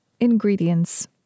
Ingredients